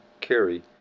carry